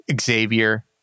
Xavier